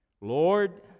Lord